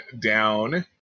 down